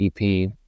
EP